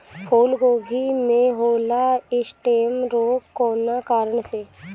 फूलगोभी में होला स्टेम रोग कौना कारण से?